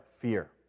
fear